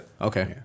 Okay